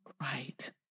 right